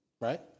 right